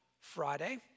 Friday